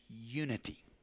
unity